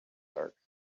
dark